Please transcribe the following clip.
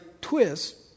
twist